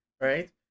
right